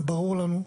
זה ברור לנו,